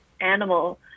animal